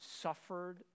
suffered